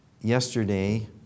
yesterday